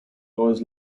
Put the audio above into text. noise